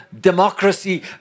democracy